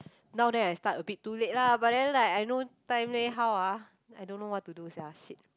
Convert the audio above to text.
now then I start a bit too late lah but then like I no time leh how ah I don't know what to do sia shit